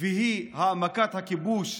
והיא העמקת הכיבוש,